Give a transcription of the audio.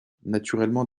naturellement